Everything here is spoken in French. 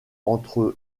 entre